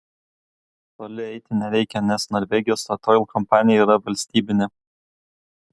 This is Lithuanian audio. toli eiti nereikia nes norvegijos statoil kompanija yra valstybinė